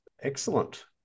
excellent